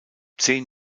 zehn